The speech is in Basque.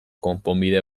konponbide